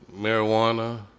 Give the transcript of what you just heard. marijuana